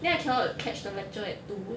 then I cannot catch the lecture at two